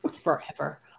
Forever